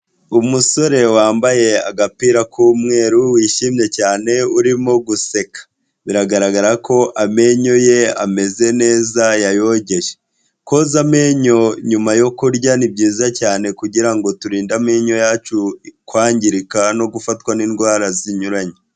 Umusore wambaye agapira k'umweru, wishimye cyane, urimo guseka. Biragaragara ko amenyo ye ameze neza yayogeje. Koza amenyo nyuma yo kurya, ni byiza cyane kugira ngo turinde amenyo yacu kwangirika no gufatwa n'indwara zinyuranye.